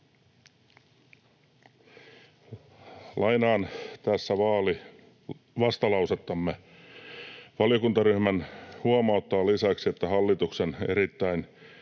Lainaan tässä vastalausettamme: ”Valiokuntaryhmämme huomauttaa lisäksi, että hallituksen erittäin